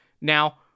now